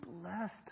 blessed